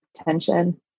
attention